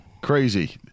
crazy